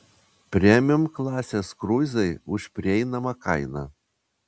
premium klasės kruizai už prieinamą kainą